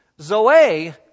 Zoe